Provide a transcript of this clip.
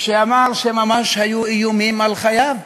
שאמר שממש היו איומים על חייו,